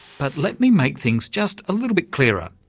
but let me make things just a little bit clearer.